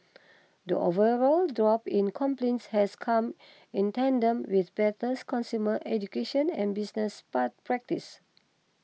the overall drop in complaints has come in tandem with better consumer education and business pa practices